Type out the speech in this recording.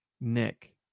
nick